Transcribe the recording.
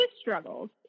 struggles